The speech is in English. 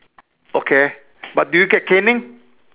okay but do you get caning